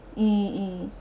mm mm